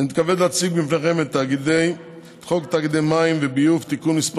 אני מתכבד להציג בפניכם את חוק תאגידי מים וביוב (תיקון מס'